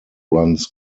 runs